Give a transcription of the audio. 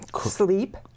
Sleep